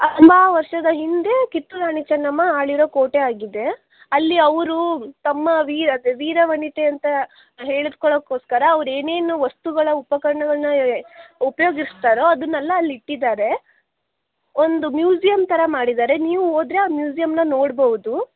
ತುಂಬ ವರ್ಷದ ಹಿಂದೆ ಕಿತ್ತೂರು ರಾಣಿ ಚೆನ್ನಮ್ಮ ಆಳಿರೋ ಕೋಟೆಯಾಗಿದೆ ಅಲ್ಲಿ ಅವರು ತಮ್ಮ ವೀರತೆ ವೀರವನಿತೆ ಅಂತ ಹೇಳಿಸ್ಕೊಳ್ಳೊಕ್ಕೋಸ್ಕರ ಅವರು ಏನೇನು ವಸ್ತುಗಳ ಉಪಕರಣಗಳನ್ನ ಉಪಯೋಗಿಸ್ತಾರೋ ಅದನ್ನೆಲ್ಲ ಅಲ್ಲಿ ಇಟ್ಟಿದ್ದಾರೆ ಒಂದು ಮ್ಯೂಸಿಯಮ್ ಥರ ಮಾಡಿದ್ದಾರೆ ನೀವು ಹೋದರೆ ಆ ಮ್ಯೂಸಿಯಮನ್ನ ನೋಡ್ಬೋದು